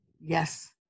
Yes